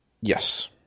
Yes